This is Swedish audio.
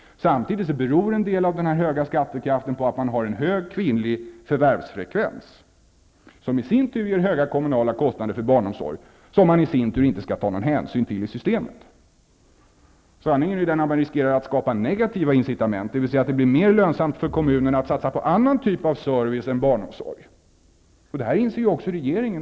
Samtidigt beror en del av den höga skattekraften på att man har en hög kvinnlig förvärvsfrekvens. Det ger i sin tur höga kommunala kostnader för barnomsorg som man i sin tur inte skall ta någon hänsyn till i systemet. Sanningen är den att man riskerar att skapa negativa incitament, dvs. att det blir mer lönsamt för kommunerna att satsa på en annan typ av service än barnomsorg. Detta inser också regeringen.